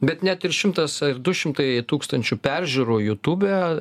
bet net ir šimtas ar du šimtai tūkstančių peržiūrų jutube